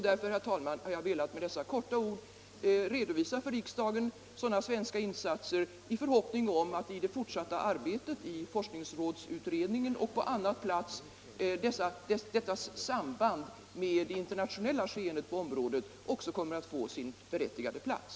Därför, herr talman, har jag med dessa få ord velat redovisa för riksdagen de här svenska insatserna — i förhoppningen att sambandet med det internationella skeendet på området också kommer att få sin berättigade plats i det fortsatta arbetet i forskningsrådsutredningen och i andra sammanhang.